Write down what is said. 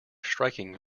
striking